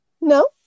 No